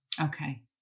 Okay